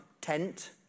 tent